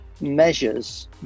measures